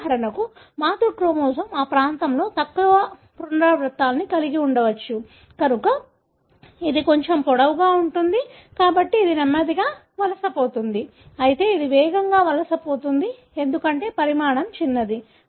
ఉదాహరణకు మాతృ క్రోమోజోమ్ ఆ ప్రాంతంలో తక్కువ పునరావృతాలను కలిగి ఉండవచ్చు కనుక ఇది కొంచెం పొడవుగా ఉంటుంది కాబట్టి ఇది నెమ్మదిగా వలసపోతుంది అయితే ఇది వేగంగా వలసపోతుంది ఎందుకంటే పరిమాణం చిన్నది